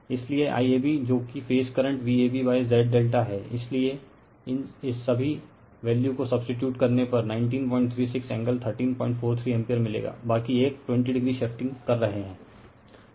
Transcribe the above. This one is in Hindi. इसलिए IAB जो कि फेज करंट VabZ∆ है इसलिए इस सभी वैल्यू को सब्सीटीयूड करने पर 1936 एंगल 1343o एम्पीयर मिलेगा बाकी एक 20o शिफ्टिंग कर रहे हैं